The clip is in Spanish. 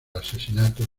asesinato